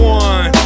one